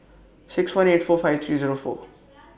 six one eight four five three Zero four